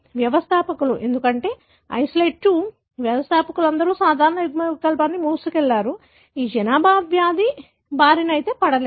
వ్యవస్థాపకులు ఎందుకంటే ఐసోలేట్ 2 వ్యవస్థాపకులు అందరూ సాధారణ యుగ్మవికల్పాన్ని మోసుకెళ్లారు ఈ జనాభా వ్యాధి బారిన పడలేదు